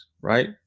right